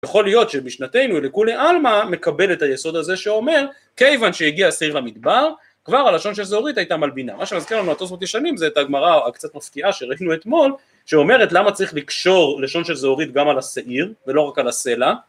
יכול להיות שבשנתנו אל כולי עלמא מקבל את היסוד הזה שאומר כיוון שהגיע השעיר למדבר כבר הלשון של זהורית הייתה מלבינה, מה שמזכיר לנו התוספות הישנים זה הגמרא הקצת מפתיעה שראינו אתמול שאומרת למה צריך לקשור לשון של זהורית גם על השעיר ולא רק על הסלע